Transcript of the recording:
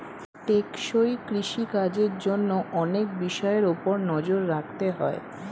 টেকসই কৃষি কাজের জন্য অনেক বিষয়ের উপর নজর রাখতে হয়